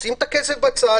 ישים את הכסף בצד,